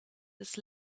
this